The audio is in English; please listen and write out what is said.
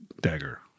dagger